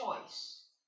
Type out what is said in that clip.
choice